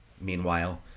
meanwhile